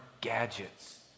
gadgets